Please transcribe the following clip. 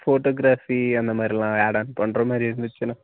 photography அந்த மாதிரிலாம் add on பண்ணுற மாதிரி இருந்துச்சுன்னா